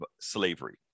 slavery